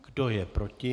Kdo je proti?